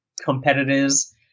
competitors